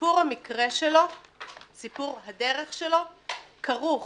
סיפור הדרך שלו כרוך